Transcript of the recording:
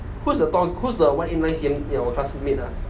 who's the tall who's the one eight nine C_M in our classmate ah